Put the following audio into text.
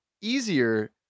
easier